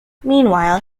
meanwhile